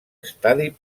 estadi